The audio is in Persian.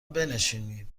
بنشینید